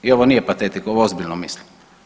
I ovo nije patetika, ovo ozbiljno mislim.